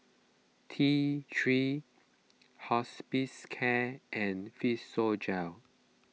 T three cHospicare and Physiogel